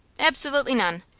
absolutely none.